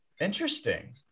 Interesting